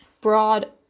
broad